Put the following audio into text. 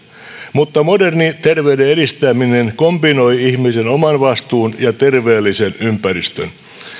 mutta moderni terveyden edistäminen kombinoi ihmisen oman vastuun ja terveellisen ympäristön